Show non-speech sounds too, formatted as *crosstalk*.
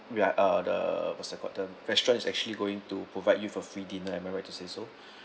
we are uh the what's that call the restaurant is actually going to provide you a free dinner am I right to say so *breath*